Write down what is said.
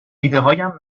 ایدههایم